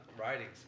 writings